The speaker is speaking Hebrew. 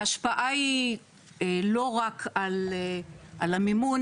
ההשפעה היא לא רק על המימון,